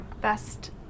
best